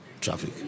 traffic